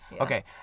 okay